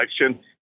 election